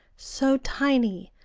so tiny,